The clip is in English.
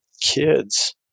kids